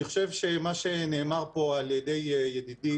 אני חושב שמה שנאמר פה על ידי ידידי